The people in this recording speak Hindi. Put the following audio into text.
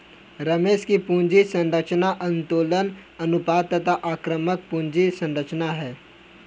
रमेश की पूंजी संरचना उत्तोलन अनुपात तथा आक्रामक पूंजी संरचना है